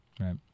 right